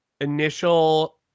initial